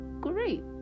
great